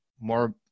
more